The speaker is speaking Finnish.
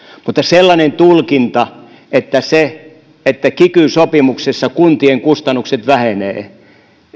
mutta sellainen tulkinta että kun kiky sopimuksessa kuntien kustannukset vähenevät